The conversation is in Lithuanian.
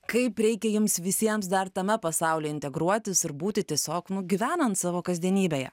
kaip reikia jums visiems dar tame pasaulyje integruotis ir būti tiesiog nu gyvenant savo kasdienybėje